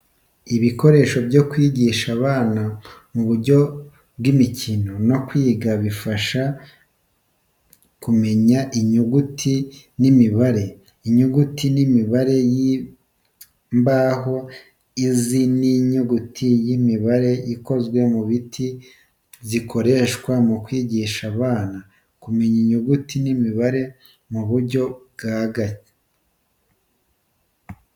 Ibikoresho byo kwigisha abana mu buryo bw’imikino no kwiga bifasha mu kumenyera inyuguti n’imibare. Inyuguti n’imibare y’imbaho izi ni inyuguti n’imibare zikorwa mu biti zikoreshwa mu kwigisha abana kumenya inyuguti n’imibare mu buryo bwa gake.